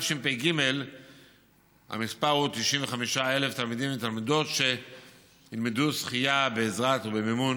בתשפ"ג המספר הוא 95,000 תלמידים ותלמידות שילמדו שחייה בעזרת ובמימון